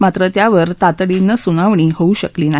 मात्र त्यावर तातडीनस्तिनावणी होऊ शकली नाही